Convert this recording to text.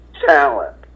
talent